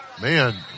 Man